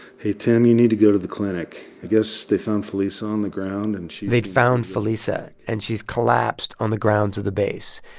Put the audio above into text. hey, tim, you need to go to the clinic. i guess they found felisa on the ground, and she. they'd found felisa. and she's collapsed on the grounds of the base.